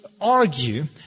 argue